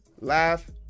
laugh